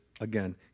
again